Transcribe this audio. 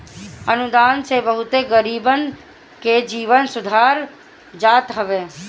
अनुदान से बहुते गरीबन के जीवन सुधार जात हवे